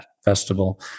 Festival